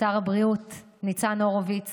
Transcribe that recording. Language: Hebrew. הבריאות ניצן הורוביץ